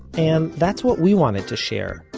and that's what we wanted to share.